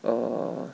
err